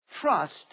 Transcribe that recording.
Trust